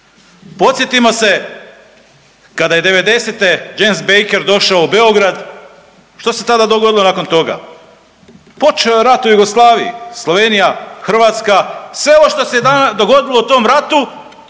Podsjetimo se kada je '90.-te James Baker došao u Beograd što se tada dogodilo nakon toga? Počeo je rat u Jugoslaviji, Slovenija, Hrvatska, sve ovo što se dogodilo u tom ratu